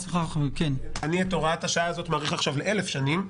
אני את הוראת השעה הזאת מאריך עכשיו לאלף שנים,